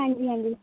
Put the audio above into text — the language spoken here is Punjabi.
ਹਾਂਜੀ ਹਾਂਜੀ